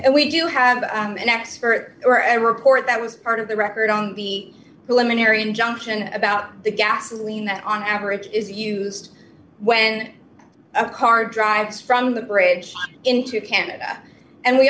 and we do have an expert or a report that was part of the record on the women are in junction about the gasoline that on average is used when a car drives from the bridge into canada and we